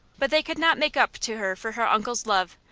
but they could not make up to her for her uncle's love,